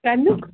کَمیُک